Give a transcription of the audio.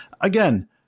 Again –